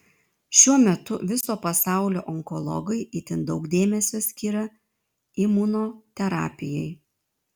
šiuo metu viso pasaulio onkologai itin daug dėmesio skiria imunoterapijai